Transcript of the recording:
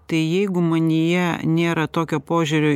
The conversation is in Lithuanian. tai jeigu manyje nėra tokio požiūrio